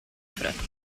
fretta